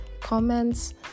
comments